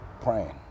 praying